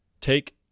take